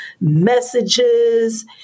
messages